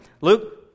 Luke